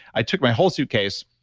i took my whole suitcase,